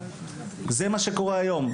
זה שקורה היום.